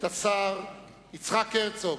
את השר יצחק הרצוג,